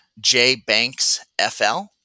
jbanksfl